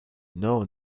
know